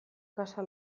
casa